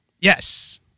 Yes